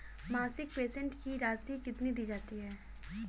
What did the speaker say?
मासिक पेंशन की राशि कितनी दी जाती है?